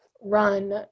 run